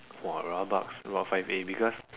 !wah! rabak rot five A because